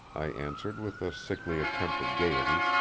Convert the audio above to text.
i answered with a sickly attempt at gayety,